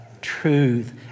truth